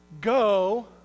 Go